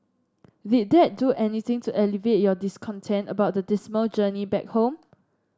did that do anything to alleviate your discontent about the dismal journey back home